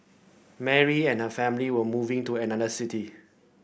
Mary and her family were moving to another city